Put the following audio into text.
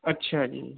ਅੱਛਾ ਜੀ